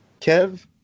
Kev